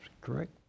correct